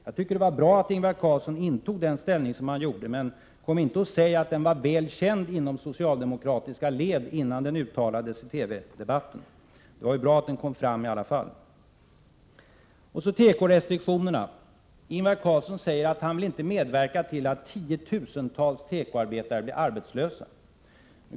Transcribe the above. Jag tycker att det var bra att Ingvar Carlsson intog den ställning som han gjorde, men kom inte och säg att den inställningen var väl känd inom socialdemokratiska led innan den uttalades i TV-debatten! Det var ju bra att den kom fram i alla fall. När det gäller tekorestriktionerna säger Ingvar Carlsson att han inte vill medverka till att tiotusentals tekoarbetare blir arbetslösa.